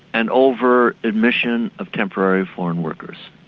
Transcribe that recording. and over admission of temporary foreign workers.